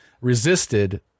resisted